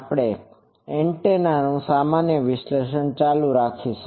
આપણે એન્ટેના નું સામાન્ય વિશ્લેષણ ચાલુ રાખશું